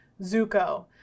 Zuko